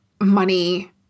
money